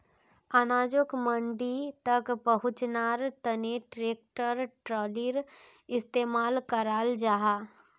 अनाजोक मंडी तक पहुन्च्वार तने ट्रेक्टर ट्रालिर इस्तेमाल कराल जाहा